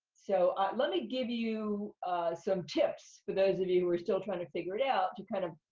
so let me give you some tips for those of you who are still trying to figure it out to kind of,